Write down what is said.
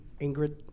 Ingrid